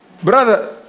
Brother